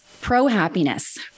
pro-happiness